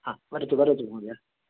हा वदतु वदतु महोदय